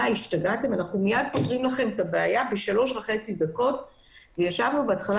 אנחנו פותרים לכם את הבעיה בשלוש דקות" בהתחלה